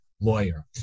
lawyer